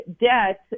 debt